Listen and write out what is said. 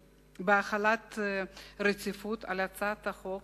בהחלת רציפות על הצעת חוק